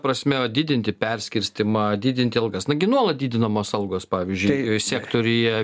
prasme didinti perskirstymą didinti algas nagi nuolat didinamos algos pavyzdžiui sektoriuje